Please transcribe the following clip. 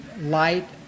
light